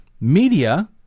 media